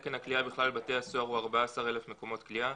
תקן הכליאה בכלל בתי הסוהר הוא 14,000 מקומות כליאה.